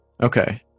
Okay